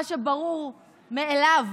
מה שברור מאליו